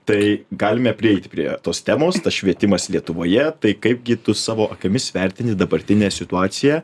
tai galime prieiti prie tos temos švietimas lietuvoje tai kaipgi tu savo akimis vertini dabartinę situaciją